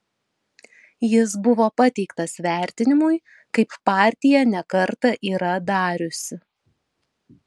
jis buvo pateiktas vertinimui kaip partija ne kartą yra dariusi